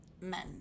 men